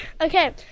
Okay